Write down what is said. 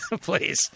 please